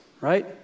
right